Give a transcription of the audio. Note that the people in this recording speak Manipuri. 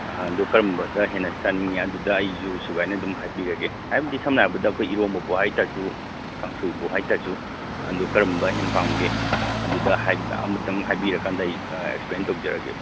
ꯑꯗꯨ ꯀꯔꯝꯕꯗ ꯍꯦꯅꯅ ꯆꯥꯅꯤꯡꯉꯤ ꯑꯗꯨꯗ ꯑꯩꯁꯨ ꯁꯨꯒꯥꯏꯅ ꯑꯗꯨꯝ ꯍꯥꯏꯕꯤꯔꯒꯦ ꯍꯥꯏꯕꯗꯤ ꯁꯝꯅ ꯍꯥꯏꯕꯗ ꯑꯩꯈꯣꯏ ꯏꯔꯣꯝꯕꯕꯨ ꯍꯥꯏꯇꯥꯔꯁꯨ ꯀꯥꯡꯁꯣꯏꯕꯨ ꯍꯥꯏꯇꯥꯔꯁꯨ ꯑꯗꯨ ꯀꯔꯝꯕ ꯍꯦꯟꯅ ꯄꯥꯝꯒꯦ ꯑꯗꯨꯗ ꯑꯃꯇꯪ ꯍꯥꯏꯕꯤꯔ ꯀꯥꯟꯗ ꯑꯩ ꯑꯦꯛꯁꯄ꯭ꯂꯦꯟ ꯇꯧꯖꯔꯒꯦ